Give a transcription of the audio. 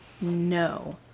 No